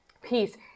peace